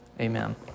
Amen